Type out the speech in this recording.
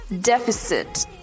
deficit